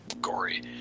gory